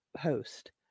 host